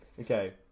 Okay